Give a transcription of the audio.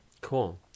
cool